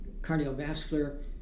cardiovascular